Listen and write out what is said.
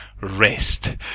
rest